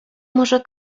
może